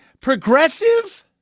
progressive